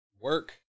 Work